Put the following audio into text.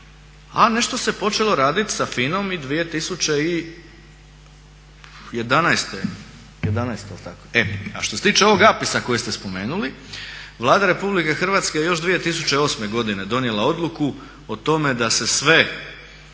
a nešto se počelo raditi sa FINA-om i 2011. A što se tiče ovog APIS-a kojeg ste spomenuli, Vlada Republike Hrvatske je još 2008. godine donijela odluku o tome da sve